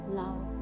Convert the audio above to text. love